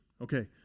Okay